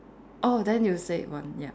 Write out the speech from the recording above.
oh then you said one ya